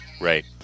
right